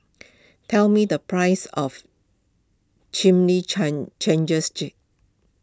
tell me the price of